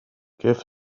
give